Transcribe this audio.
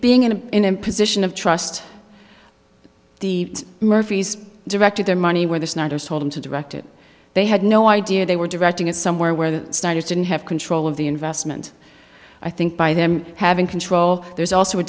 being in a position of trust the murphys directed their money where the snyders told him to direct it they had no idea they were directing it somewhere where the studies didn't have control of the investment i think by them having control there's also a